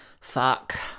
Fuck